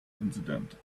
incident